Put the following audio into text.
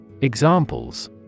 Examples